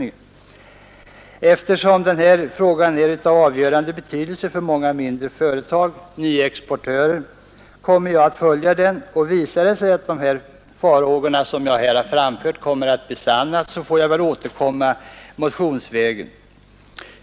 Eftersom denna fråga är av avgörande betydelse för många mindre företag och nyexportörer kommer jag att följa den, och visar det sig att de farhågor jag framfört besannas får jag väl återkomma motionsvägen.